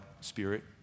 spirit